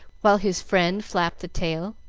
while his friend flapped the tail.